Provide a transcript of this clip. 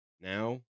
now